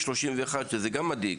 31. גם זה מדאיג.